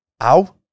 ow